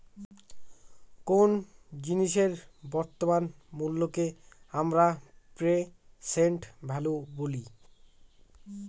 কোন জিনিসের বর্তমান মুল্যকে আমরা প্রেসেন্ট ভ্যালু বলি